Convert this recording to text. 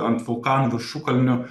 ant vulkanų viršukalnių